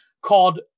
called